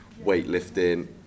weightlifting